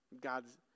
God's